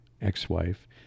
ex-wife